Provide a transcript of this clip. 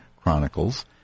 Chronicles